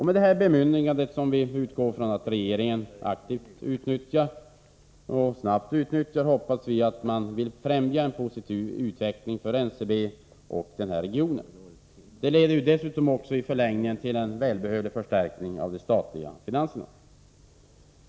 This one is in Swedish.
Med hjälp av bemyndigandet, som vi utgår från att regeringen aktivt och snabbt utnyttjar, hoppas vi att man vill främja en positiv utveckling för företaget och regionen. Det leder dessutom i förlängningen till en välbehövlig förstärkning av de statliga finanserna.